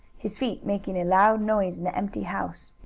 his feet making a loud noise in the empty house.